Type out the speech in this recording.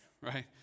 Right